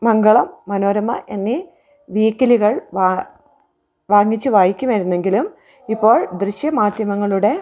മംഗളം മനോരമ എന്നീ വീക്കിലികൾ വാങ്ങിച്ചു വായിക്കുമായിരുന്നെങ്കിലും ഇപ്പോൾ ദൃശ്യ മാധ്യമങ്ങളുടെ